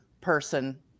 person